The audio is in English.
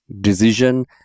decision